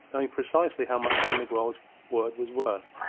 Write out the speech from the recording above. knowing precisely how much don miguel's word was worth.